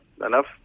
enough